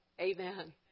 Amen